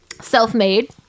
Self-Made